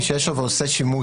מי שיש לו ועושה שימוש.